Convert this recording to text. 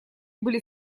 были